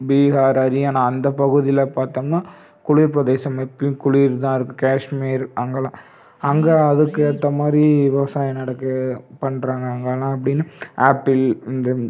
பீகார் ஹரியானா அந்த பகுதியில் பார்த்தோம்னா குளிர் பிரதேசம் எப்பயும் குளிர் தான் இருக்கு காஷ்மீர் அங்கெலாம் அங்கே அதுக்கேற்ற மாதிரி விவசாயம் நடக்குது பண்ணுறாங்க அங்கெலாம் எப்படின்னா ஆப்பிள் இந்த